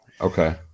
Okay